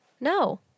no